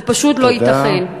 זה פשוט לא ייתכן.